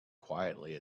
quietly